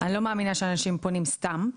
אני לא מאמינה שאנשים פונים סתם.